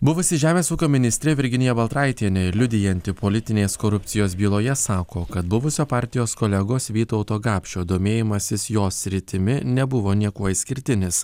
buvusi žemės ūkio ministrė virginija baltraitienė liudijanti politinės korupcijos byloje sako kad buvusio partijos kolegos vytauto gapšio domėjimasis jos sritimi nebuvo niekuo išskirtinis